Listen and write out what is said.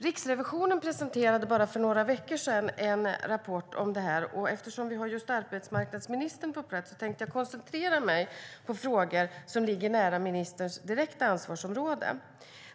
Riksrevisionen presenterade för några veckor sedan en rapport om detta, och eftersom vi har arbetsmarknadsministern på plats tänkte jag koncentrera mig på frågor som ligger nära hennes direkta ansvarsområde.